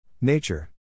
Nature